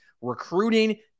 recruiting